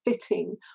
fitting